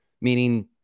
meaning